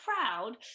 proud